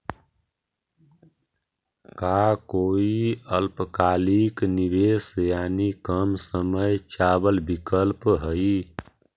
का कोई अल्पकालिक निवेश यानी कम समय चावल विकल्प हई?